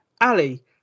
Ali